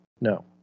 No